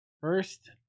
first